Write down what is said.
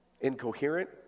incoherent